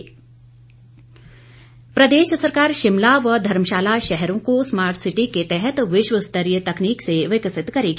सरवीण चौधरी प्रदेश सरकार शिमला व धर्मशाला शहरों को स्मार्ट सिटी के तहत विश्व स्तरीय तकनीक से विकसित करेगी